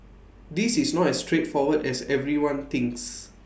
this is not as straightforward as everyone thinks